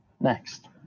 Next